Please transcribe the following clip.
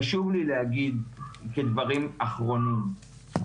חשוב לי להגיד כדברים אחרונים,